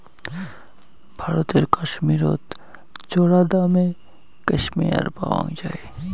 ভারতের কাশ্মীরত চরাদামে ক্যাশমেয়ার পাওয়াং যাই